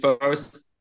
first